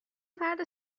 فرد